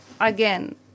again